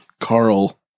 Carl